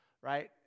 right